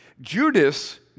Judas